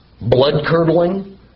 blood-curdling